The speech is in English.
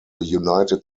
united